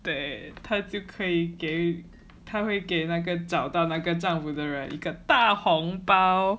对他就可以给他会给那个找到那个丈夫的人一个大红包